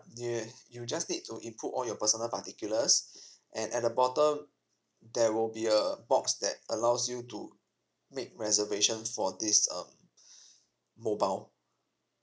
you just need to input all your personal particulars and at the bottom there will be a box that allows you to make reservation for this um mobile